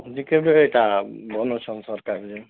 କେବେ ସେଇଟା ବନଉଛନ୍ତି ସରକାର ଯେ